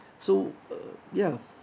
so uh ya